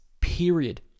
period